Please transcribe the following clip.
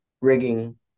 rigging